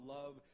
love